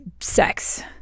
sex